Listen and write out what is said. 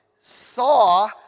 saw